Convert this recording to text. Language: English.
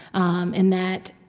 um in that,